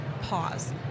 pause